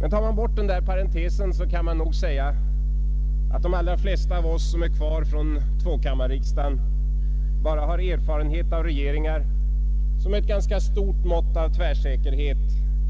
Men frånsett den parentesen kan det nog sägas att de allra flesta av oss som är kvar från tvåkammarriksdagen bara har erfarenhet av regeringar som med stort mått av tvärsäkerhet